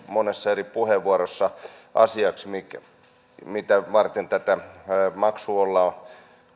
monessa eri puheenvuorossa asioiksi mitä varten tätä maksua ollaan